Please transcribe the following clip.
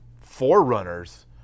forerunners